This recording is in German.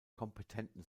kompetenten